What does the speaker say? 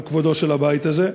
על כבודו של הבית הזה.